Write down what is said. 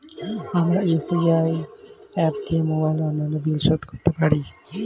আমরা UPI app দিয়ে mobile ও অন্যান্য বিল শোধ করতে পারি